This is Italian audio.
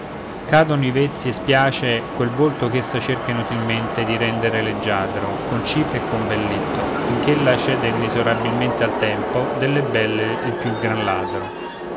cadono i vezzi e spiace quel volto ch'essa cerca inutilmente di rendere leggiadro con cipria e con belletto fin ch'ella cede inesorabilmente al tempo delle belle il più gran ladro